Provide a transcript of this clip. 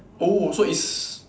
oh so is